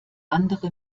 andere